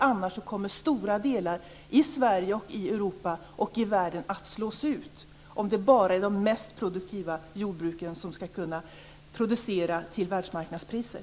Annars kommer stora delar av jordbruket i Sverige, i Europa och i världen att slås ut, alltså om det bara är de mest produktiva jordbruken som skall kunna producera till världsmarknadspriser.